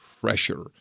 pressure